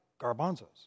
garbanzos